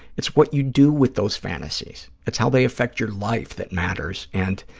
it's what you do with those fantasies, it's how they affect your life that matters. and